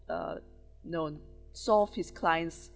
uh known solve his clients'